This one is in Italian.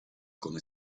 come